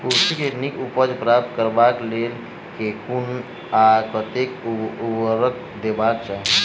कुर्थी केँ नीक उपज प्राप्त करबाक लेल केँ कुन आ कतेक उर्वरक देबाक चाहि?